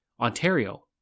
Ontario